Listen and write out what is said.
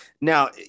Now